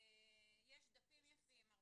יש דפים יפים אבל